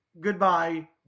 goodbye